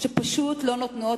שפשוט לא נותנות,